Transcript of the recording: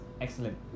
excellent